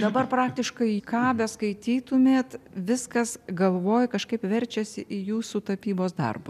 dabar praktiškai ką beskaitytumėt viskas galvoj kažkaip verčiasi į jūsų tapybos darbu